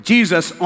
Jesus